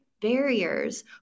barriers